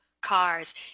cars